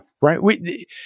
Right